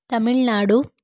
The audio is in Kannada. ತಮಿಳುನಾಡು